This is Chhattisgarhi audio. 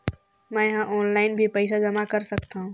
मैं ह ऑनलाइन भी पइसा जमा कर सकथौं?